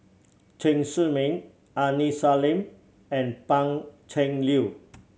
Chen Zhiming Aini Salim and Pan Cheng Lui